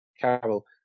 Carol